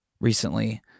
recently